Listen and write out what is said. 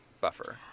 buffer